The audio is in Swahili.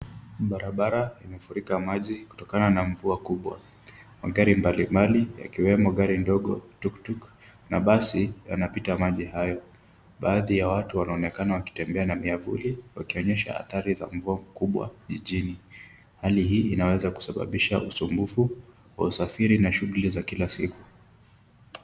Barabara imefurika maji kutokana na mvua kubwa. Magari mbalimbali yakiwemo gari ndogo, tuktuk na basi yanapita maji hayo. Baadhi ya watu wanaonekana wakitembea na miavuli, wakionyesha athari za mvua kubwa jijini. Hali hii inaweza kusababisha usumbufu wa usafiri na shughuli za kila siku.